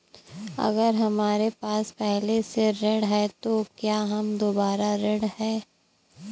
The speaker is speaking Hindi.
अगर हमारे पास पहले से ऋण है तो क्या हम दोबारा ऋण हैं?